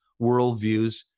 worldviews